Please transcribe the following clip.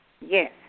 Yes